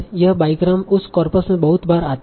यह बाईग्राम उस कॉर्पस में बहुत बार आते है